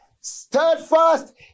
Steadfast